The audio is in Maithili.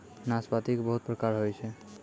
नाशपाती के बहुत प्रकार होय छै